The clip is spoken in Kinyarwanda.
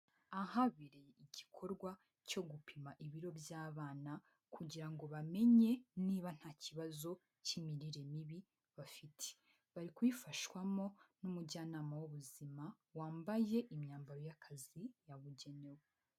Ahabereye igikorwa cyo gupima ibiro by'abana, kugirango bamenye niba ntakibazo cy'mirire mibi bafite, bari kubifashwamo n'umujyanama w'ubuzima wambaye imyambaro y'akazi yabugenewe.